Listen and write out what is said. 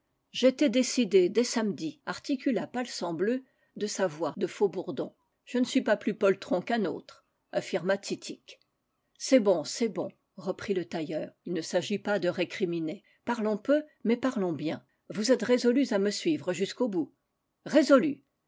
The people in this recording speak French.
j'étais décidé dès samedi articula palsambleu de sa voix de faux-bourdon je ne suis pas plus poltron qu'un autre affirma titik c'est bon c'est bon reprit le tailleur il ne s'agit pas de récriminer parlons peu mais parlons bien vous êtes résolus à me suivre jusqu'au bout résolus